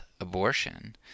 abortion